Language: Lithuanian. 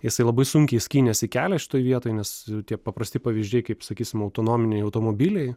jisai labai sunkiai skynėsi kelią šitoj vietoj nes tie paprasti pavyzdžiai kaip sakysim autonominiai automobiliai